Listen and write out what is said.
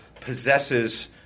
possesses